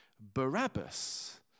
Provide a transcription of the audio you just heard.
Barabbas